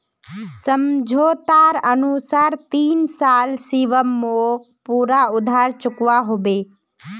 समझोतार अनुसार तीन साल शिवम मोक पूरा उधार चुकवा होबे